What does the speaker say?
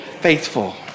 faithful